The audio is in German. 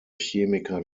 chemiker